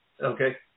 okay